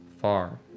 far